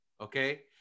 okay